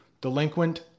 delinquent